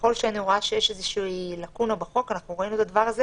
ככול שאני רואה שיש איזושהי לקונה בחוק אנחנו ראינו את הדבר הזה